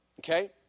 Okay